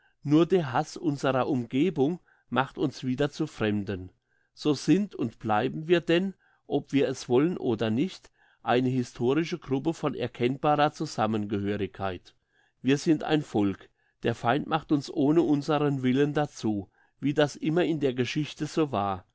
nur der hass unserer umgebung macht uns wieder zu fremden so sind und bleiben wir denn ob wir es wollen oder nicht eine historische gruppe von erkennbarer zusammengehörigkeit wir sind ein volk der feind macht uns ohne unseren willen dazu wie das immer in der geschichte so war